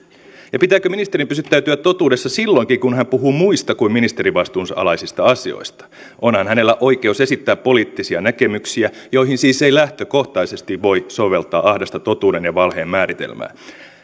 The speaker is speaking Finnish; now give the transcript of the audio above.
pitääkö ministerin pysyttäytyä totuudessa silloinkin kun hän puhuu muista kuin ministerivastuunsa alaisista asioista onhan hänellä oikeus esittää poliittisia näkemyksiä joihin siis ei lähtökohtaisesti voi soveltaa ahdasta totuuden ja valheen määritelmää